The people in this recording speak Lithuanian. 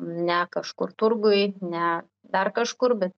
ne kažkur turguj ne dar kažkur bet